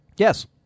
Yes